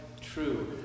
true